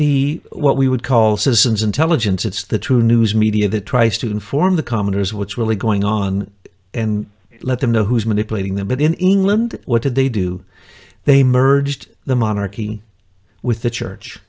the what we would call citizen's intelligence it's the true news media that tries to form the commoners what's really going on and let them know who's manipulating them but in england what did they do they merged the monarchy with the church